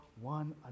one